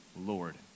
Lord